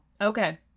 Okay